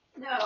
No